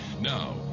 Now